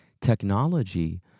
Technology